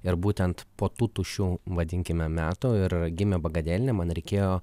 ir būtent po tų tuščių vadinkime metų ir gimė bagadelinė man reikėjo